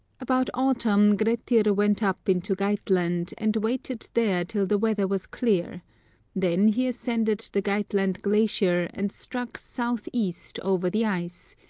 about autumn grettir went up into geitland, and waited there till the weather was clear then he ascended the geitland glacier and struck south-east over the ice,